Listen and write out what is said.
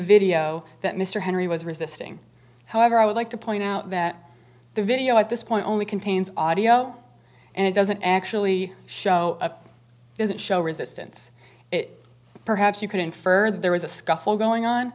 video that mr henry was resisting however i would like to point out that the video at this point only contains audio and it doesn't actually show up does it show resistance perhaps you could infer that there was a scuffle going on